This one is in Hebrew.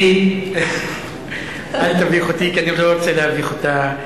אל תביך אותי, כי אני לא רוצה להביך אותה.